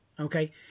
Okay